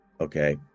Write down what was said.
okay